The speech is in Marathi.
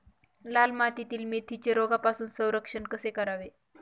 लाल मातीतील मेथीचे रोगापासून संरक्षण कसे करावे?